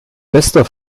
bester